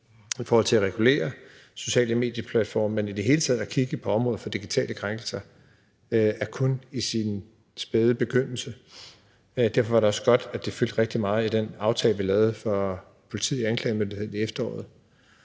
i forhold til at regulere socialt medie-platforme, og det med i det hele taget at kigge på området for digitale krænkelser kun er i sin spæde begyndelse. Derfor var det også godt, at det fyldte rigtig meget i den aftale, vi lavede for politiet og anklagemyndigheden i efteråret.